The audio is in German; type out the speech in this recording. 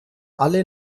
alle